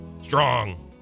strong